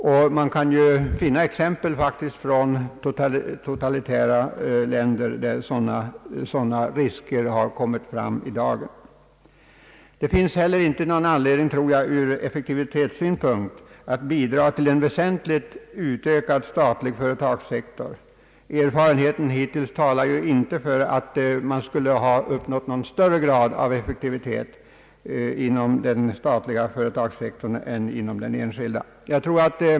Man kan faktiskt finna exempel från totalitärt styrda länder, där sådana risker har kommit i dagen. Jag tror inte heller det finns anledning ur effektivitetssynpunkt att sikta till en väsentligt ökad företagssektor. Erfarenheten hittills talar inte för att man skulle ha uppnått någon större grad av effektivitet inom den statliga företagssektorn jämfört med den enskilda.